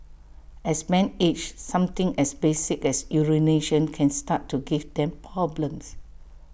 as men age something as basic as urination can start to give them problems